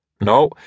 No